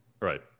right